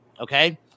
Okay